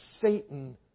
Satan